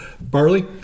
barley